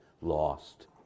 lost